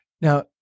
now